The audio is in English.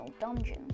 dungeon